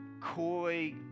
coy